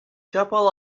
couple